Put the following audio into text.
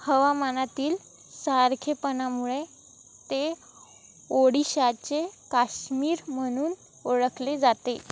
हवामानातील सारखेपणामुळे ते ओडिशाचे काश्मीर म्हणून ओळखले जाते